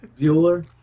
Bueller